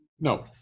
no